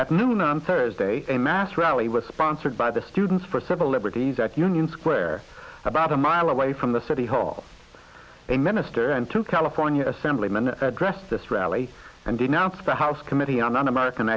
at noon on thursday a mass rally was sponsored by the students for civil liberties at union square about a mile away from the city hall a minister and two california assemblyman addressed this rally and denounced the house committee on un american